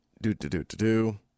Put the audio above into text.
Do-do-do-do-do